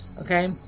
Okay